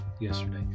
yesterday